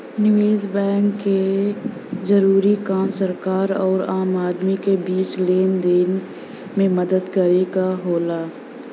निवेस बैंक क जरूरी काम सरकार आउर आम आदमी क बीच लेनी देनी में मदद करे क होला